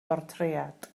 bortread